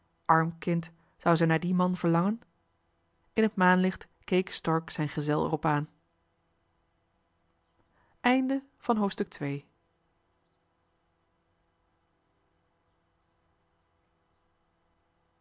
arm kind zou ze nu naar den man verlangen in het maanlicht keek stork zijn gezel er op aan